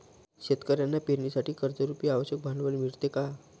शेतकऱ्यांना पेरणीसाठी कर्जरुपी आवश्यक भांडवल मिळते का?